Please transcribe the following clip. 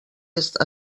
est